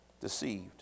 deceived